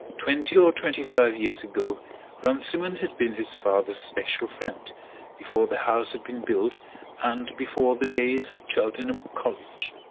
twenty or twenty-five years ago runciman had been his father's special friend before the house had been built and before the days at cheltenham college.